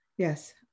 Yes